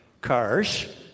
cars